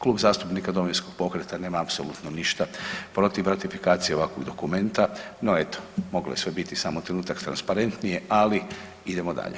Klub zastupnika Domovinskog pokreta nema apsolutno ništa protiv ratifikacije ovakvog dokumenta, no eto moglo je sve biti samo trenutak transparentnije, ali idemo dalje.